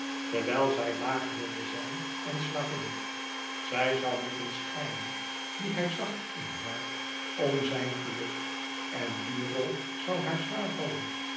terwijl zij laag wilde zijn en slavin zij zoû moeten schijnen die hij zag in haar om zijn geluk en die rol zoû haar zwàar vallen